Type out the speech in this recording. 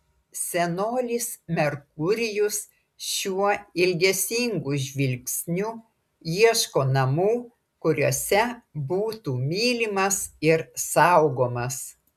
senolis merkurijus šiuo ilgesingu žvilgsniu ieško namų kuriuose būtų mylimas ir saugomas